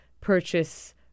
purchase